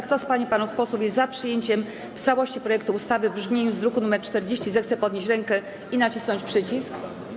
Kto z pań i panów posłów jest za przyjęciem w całości projektu ustawy w brzmieniu z druku nr 40, zechce podnieść rękę i nacisnąć przycisk.